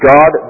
God